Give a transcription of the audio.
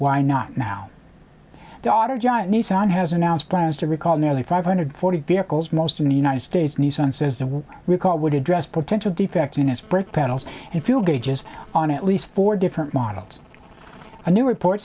why not now daughter giant nissan has announced plans to recall nearly five hundred forty vehicles most in the united states nissan says the recall would address potential defects in its brake pedals and fuel gauges on at least four different models a new report